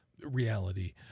reality